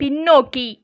பின்னோக்கி